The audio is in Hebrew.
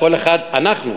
כל אחד "אנחנו".